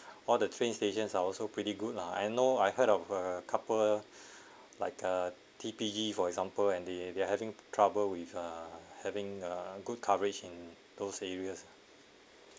all the train stations are also pretty good lah I know I heard of a couple like a T_P_G for example and they they are having trouble with uh having a good coverage in those areas